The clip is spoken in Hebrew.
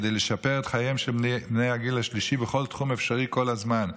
כדי לשפר את חייהם של בני הגיל השלישי בכל תחום אפשרי כל הזמן.